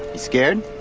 scared?